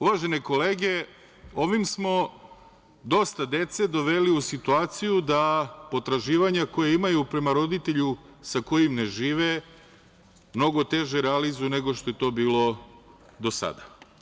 Uvažene kolege, ovim smo dosta dece doveli u situaciju da potraživanja koje imaju prema roditelju sa kojim ne žive mnogo teže realizuju nego što je to bilo do sada.